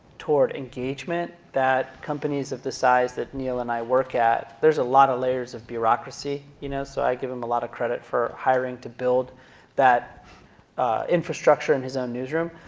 toward engagement that companies of the size that neil and i work at, there's a lot of layers of bureaucracy. you know so i give them a lot of credit for hiring to build that infrastructure in his own newsroom.